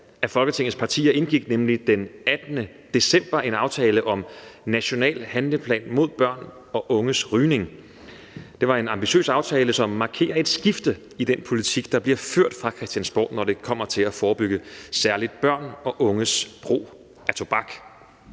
af Folketingets partier indgik nemlig den 18. december en aftale om en national handleplan mod børn og unges rygning. Det var en ambitiøs aftale, som markerer et skifte i den politik, der bliver ført fra Christiansborg, når det kommer til at forebygge særligt børn og unges brug af tobak.